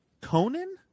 Conan